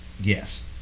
Yes